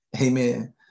Amen